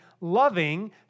loving